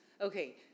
okay